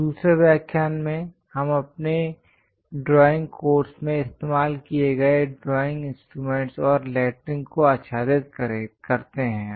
दूसरे व्याख्यान में हम अपने ड्राइंग कोर्स में इस्तेमाल किए गए ड्राइंग इंस्ट्रूमेंट्स और लेटरिंग को आच्छादित करते हैं